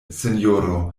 sinjoro